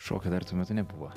šokio dar tuo metu nebuvo